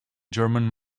german